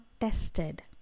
tested